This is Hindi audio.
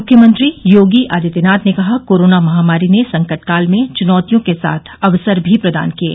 मुख्यमंत्री योगी आदित्यनाथ ने कहा कोरोना महामारी ने संकटकाल में चुनौतियों के साथ अवसर भी प्रदान किये